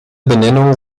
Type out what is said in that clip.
benennung